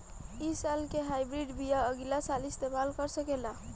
इ साल के हाइब्रिड बीया अगिला साल इस्तेमाल कर सकेला?